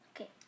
Okay